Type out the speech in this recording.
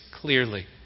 clearly